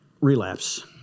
relapse